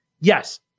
yes